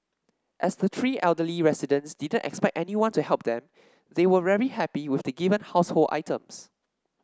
as the three elderly residents didn't expect anyone to help them they were very happy with the given household items